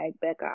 Becca